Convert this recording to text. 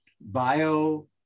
bio